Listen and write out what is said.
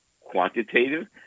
quantitative